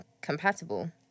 compatible